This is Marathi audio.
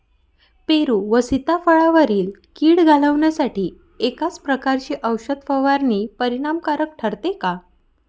पेरू व सीताफळावरील कीड घालवण्यासाठी एकाच प्रकारची औषध फवारणी परिणामकारक ठरते का?